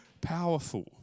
powerful